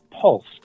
pulse